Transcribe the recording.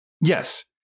Yes